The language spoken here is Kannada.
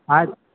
ಆಯ್ತು